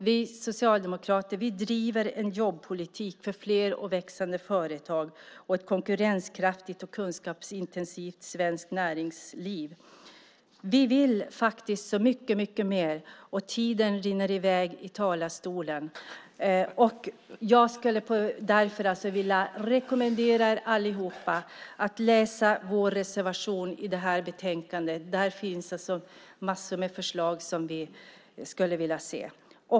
Vi socialdemokrater driver en jobbpolitik för fler och växande företag samt ett konkurrenskraftigt och kunskapsintensivt svenskt näringsliv. Vi vill så mycket mer, och tiden rinner i väg i talarstolen. Jag vill därför rekommendera alla att läsa vår reservation i betänkandet. Där finns massor av förslag som vi vill se.